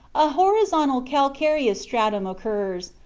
a horizontal, calcareous stratum occurs,